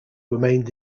remained